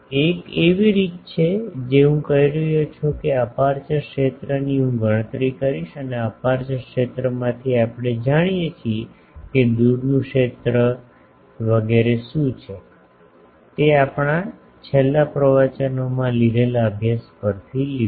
એક એવી રીત છે કે હું કહી રહ્યો છું કે અપેર્ચર ક્ષેત્રની હું ગણતરી કરીશ અને અપેર્ચર ક્ષેત્રમાંથી આપણે જાણીએ છીએ કે દૂરનું ક્ષેત્ર વગેરે શું છે તે આપણે છેલ્લાં પ્રવચનોમાં લીધેલા અભ્યાસ પરથી લીધું